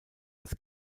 das